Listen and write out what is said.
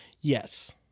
Yes